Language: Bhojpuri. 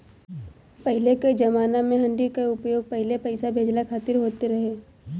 पहिले कअ जमाना में हुंडी कअ उपयोग पहिले पईसा भेजला खातिर होत रहे